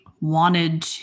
wanted